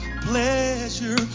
pleasure